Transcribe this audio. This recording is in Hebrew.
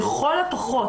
לכל הפחות,